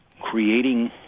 creating